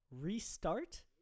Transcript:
restart